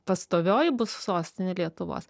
pastovioji bus sostinė lietuvos